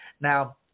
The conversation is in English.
Now